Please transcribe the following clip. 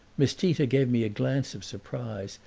miss tita gave me a glance of surprise,